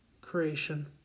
creation